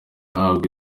bahabwa